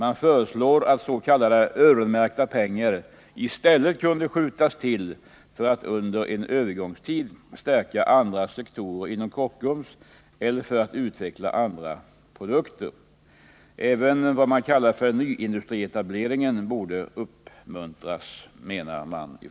Man föreslår att s.k. öronmärkta pengar i stället skall skjutas till för att under en övergångstid stärka andra sektorer inom Kockums eller för att utveckla andra produkter. Även ”nyindustrietableringen” borde uppmuntras, menar man.